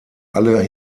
alle